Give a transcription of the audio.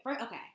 okay